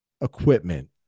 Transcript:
equipment